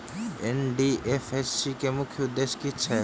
NDFSC केँ मुख्य उद्देश्य की छैक?